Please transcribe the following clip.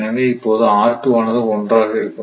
எனவே இப்போது ஆனது 1 ஆக இருக்கும்